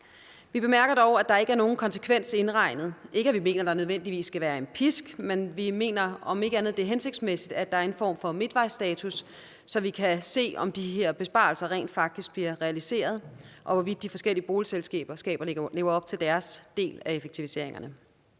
Vi bemærker dog, at der ikke er nogen konsekvens indregnet. Det er ikke, fordi vi mener, at der nødvendigvis skal være en pisk, men vi mener, at det er hensigtsmæssigt, at der om ikke andet er en form for midtvejsstatus, så vi kan se, om de her besparelser rent faktisk bliver realiseret, og hvorvidt de forskellige boligselskaber lever op til deres del af effektiviseringerne.